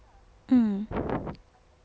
mm